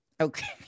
Okay